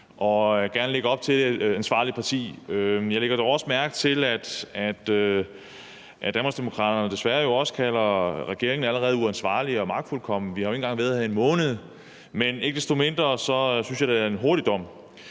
og gerne lægger op til en ansvarlig politik. Jeg lagde dog også mærke til, at Danmarksdemokraterne jo desværre også allerede kalder regeringen for uansvarlig og magtfuldkommen. Vi har jo ikke engang været her en måned, men ikke desto mindre synes jeg, det er en hurtig dom.